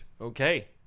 okay